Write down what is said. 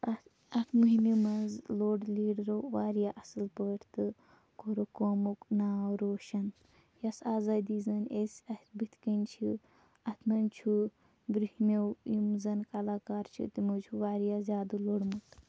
تہٕ اَتھ اَتھ مُہمہِ منٛز لوٚڈ لیٖڈرَو واریاہ اَصٕل پٲٹھۍ تہٕ کوٚرُکھ قومُک ناو روشَن یۄس آزٲدی زَن أسۍ اَسہِ بُتھِ کَنہِ چھِ اَتھ منٛز چھُ برٛونٛہمٮ۪و یِم زَن کلاکار چھِ تِمَو چھُ واریاہ زیادٕ لوٚڈمُت